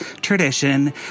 tradition